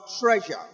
treasure